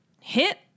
hit